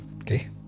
Okay